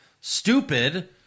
stupid